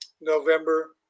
November